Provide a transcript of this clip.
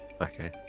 Okay